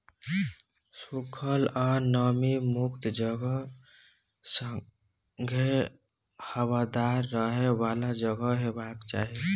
सुखल आ नमी मुक्त जगह संगे हबादार रहय बला जगह हेबाक चाही